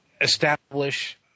establish